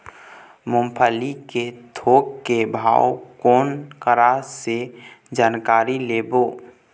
मूंगफली के थोक के भाव कोन करा से जानकारी लेबो?